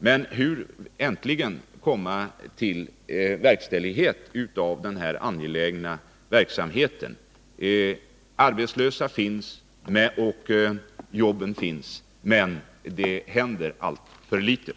Men hur skall man äntligen komma till ett förverkligande av dessa angelägna åtgärder? Arbetslösa finns och behovet finns, men det händer alltför litet.